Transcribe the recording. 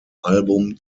album